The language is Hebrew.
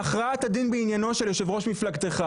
מהכרעת הדין בעניינו של יושב ראש מפלגתך,